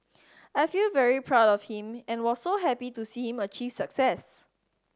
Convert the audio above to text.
I feel very proud of him and was so happy to see him achieve success